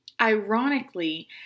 Ironically